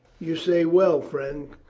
you say well, friend,